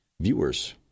viewers